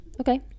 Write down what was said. okay